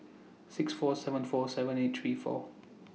six four seven four seven eight three four